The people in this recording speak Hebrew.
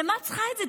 למה את צריכה את זה?